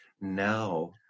Now